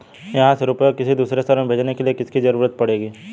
यहाँ से रुपये किसी दूसरे शहर में भेजने के लिए किसकी जरूरत पड़ती है?